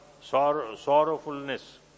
sorrowfulness